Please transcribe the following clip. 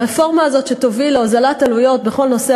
הרפורמה הזאת שתוביל להוזלת עלויות בכל נושא